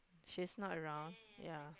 she's not around ya